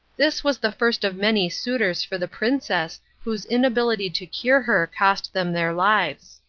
this was the first of many suitors for the princess whose inability to cure her cost them their lives.